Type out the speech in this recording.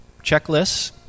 checklists